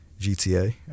GTA